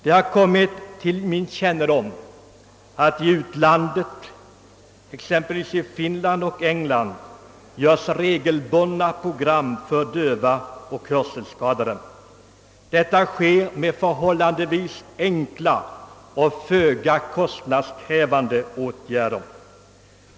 Det har kommit till min kännedom att det i utlandet — exempelvis i Finland och England — regelbundet görs program för döva och andra hörselskadade. Detta sker med förhållandevis enkla och föga kostnadskrävande åtgärder.